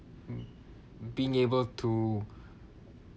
being able to